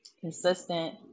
consistent